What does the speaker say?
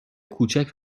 کوچک